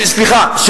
סליחה,